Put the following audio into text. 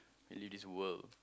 you leave this world